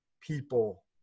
people